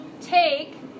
take